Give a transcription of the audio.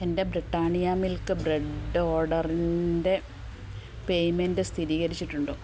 എന്റെ Britannia milk bread ഓർഡറിന്റെ payment സ്ഥിതീകരിച്ചിട്ടുണ്ടോ